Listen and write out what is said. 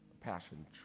Passion